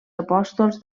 apòstols